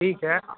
ठीक है